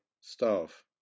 staff